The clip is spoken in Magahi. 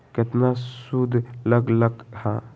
केतना सूद लग लक ह?